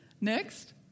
Next